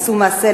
עשו מעשה,